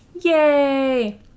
Yay